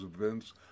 events